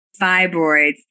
fibroids